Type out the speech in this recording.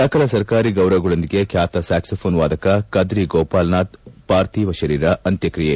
ಸಕಲ ಸರ್ಕಾರಿ ಗೌರವಗಳೊಂದಿಗೆ ಖ್ಯಾತ ಸ್ಟಾಕ್ಲೋಫೋನ್ ವಾದಕ ಕದ್ರಿ ಗೋಪಾಲನಾಥ್ ಪಾರ್ಥಿವ ಶರೀರ ಅಂತ್ವಕ್ರಿಯೆ